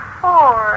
four